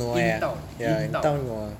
in town in town